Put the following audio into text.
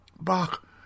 Bach